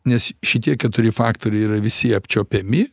nes šitie keturi faktoriai yra visi apčiuopiami